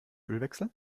ölwechsel